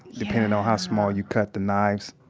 depending on how small you cut the knives.